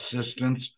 assistance